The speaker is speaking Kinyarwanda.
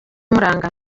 imuranga